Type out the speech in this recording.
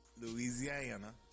Louisiana